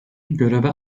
göreve